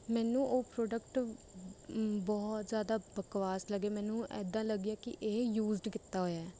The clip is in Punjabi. ਮੈਨੂੰ ਉਹ ਪ੍ਰੋਡਕਟ ਬਹੁਤ ਜ਼ਿਆਦਾ ਬਕਵਾਸ ਲੱਗਿਆ ਮੈਨੂੰ ਏਦਾਂ ਲੱਗਿਆ ਕਿ ਇਹ ਯੂਜਡ ਕੀਤਾ ਹੋਇਆ ਹੈ